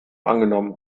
angenommen